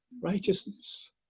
righteousness